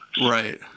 Right